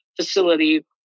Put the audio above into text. facility